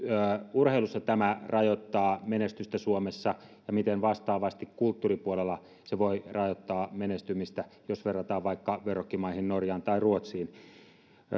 urheilussa tämä rajoittaa menestystä suomessa ja miten vastaavasti kulttuuripuolella se voi rajoittaa menestymistä jos verrataan vaikka verrokkimaihin norjaan tai ruotsiin